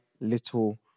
little